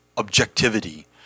Objectivity